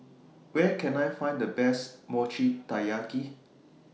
Where Can I Find The Best Mochi Taiyaki